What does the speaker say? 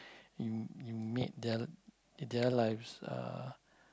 you you made their their lives uh